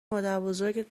مادربزرگت